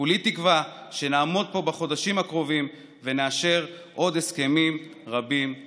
כולי תקווה שנעמוד פה בחודשים הקרובים ונאשר עוד הסכמים רבים כאלה.